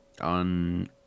On